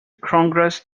congress